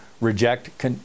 reject